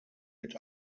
mit